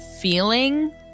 feeling